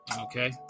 Okay